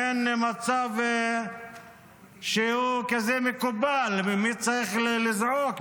מעין מצב שהוא מקובל כזה, ומי צריך לזעוק?